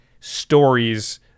stories